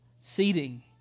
seating